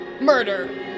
murder